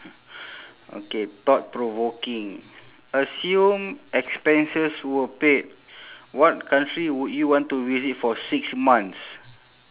okay thought provoking assume expenses were paid what country would you want to visit for six months